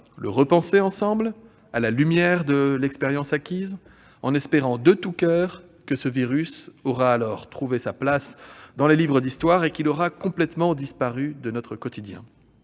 le repenser ensemble, à la lumière de l'expérience acquise, en espérant de tout coeur que ce virus aura alors trouvé sa place dans les livres d'histoire et qu'il aura complètement disparu de notre quotidien.